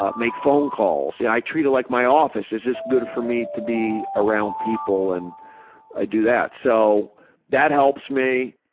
ah make phone calls. yeah i treat it like my office, because it's good for me to be around people and i do that. so that helps me,